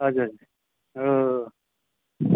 हजुर हजुर हो हो हो